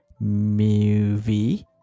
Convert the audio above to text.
movie